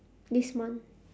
this month